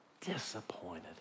Disappointed